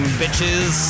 bitches